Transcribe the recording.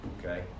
okay